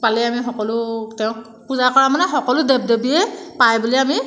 পালে আমি সকলো তেওঁক পূজা কৰা মানে সকলো দেৱ দেৱীয়ে পায় বুলি আমি